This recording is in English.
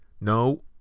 No